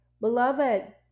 beloved